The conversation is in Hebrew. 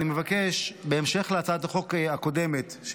בהמשך להצעת החוק הקודמת,